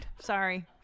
Sorry